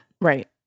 Right